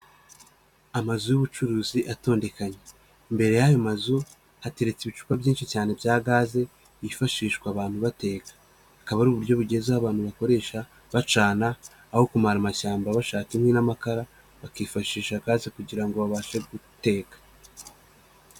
Amazu y'ubucuruzi atondekanyije, imbere y'ayo mazu hateretse ibicupa byinshi cyane bya gaze byifashishwa abantu bateka, bukaba ari uburyo bugezweho abantu bakoresha bacana aho kumara amashyamba bashaka inkwi n'amakara bakifashisha gaze kugira ngo babashe guteka.